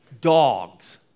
dogs